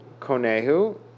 Konehu